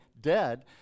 dead